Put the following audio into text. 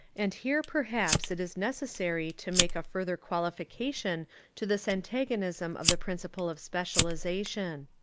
and here perhaps it is necessary to make a further qualification to this antagonism of the principle of speciahsation.